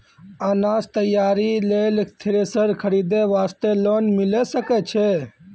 अनाज तैयारी लेल थ्रेसर खरीदे वास्ते लोन मिले सकय छै?